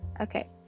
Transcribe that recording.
Okay